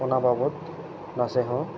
ᱚᱱᱟ ᱵᱟᱵᱚᱛ ᱱᱟᱥᱮ ᱦᱚᱸ